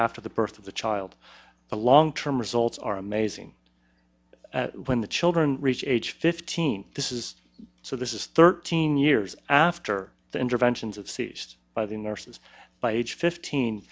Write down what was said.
after the birth of the child the long term results are amazing when the children reach age fifteen this is so this is thirteen years after the interventions of seized by the nurses by age fifteen